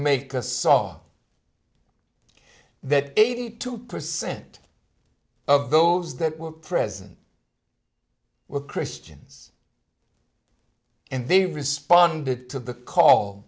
makers saw that eighty two percent of those that were present were christians and they responded to the call